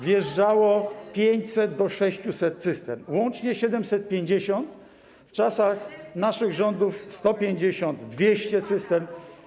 Wjeżdżało 500, 600 cystern, łącznie 750, w czasie naszych rządów - 150, 200 cystern.